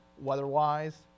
weather-wise